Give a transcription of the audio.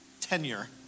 tenure